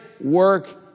work